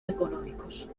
económicos